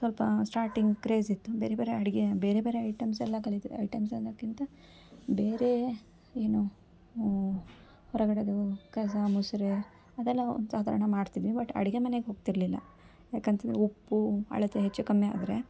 ಸ್ವಲ್ಪ starting craze ಇತ್ತು ಬೇರೆ ಬೇರೆ ಅಡುಗೆ ಬೇರೆ ಬೇರೆ ಐಟಮ್ಸ್ ಎಲ್ಲ ಕಲಿತಿ ಐಟಮ್ಸ್ ಅನ್ನೋಕ್ಕಿಂತ ಬೇರೆ ಏನು ಹೊರಗಡೆದು ಕಸ ಮುಸುರೆ ಅದೆಲ್ಲ ಒಂದು ಸಾಧಾರಣ ಮಾಡ್ತಿದ್ವಿ ಬಟ್ ಅಡುಗೆ ಮನೆಗೆ ಹೋಗ್ತಿರಲಿಲ್ಲ ಯಾಕಂತಂದರೆ ಉಪ್ಪು ಅಳತೆ ಹೆಚ್ಚು ಕಮ್ಮಿ ಆದರೆ